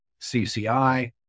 cci